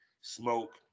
smoke